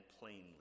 plainly